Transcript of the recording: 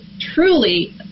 truly